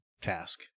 task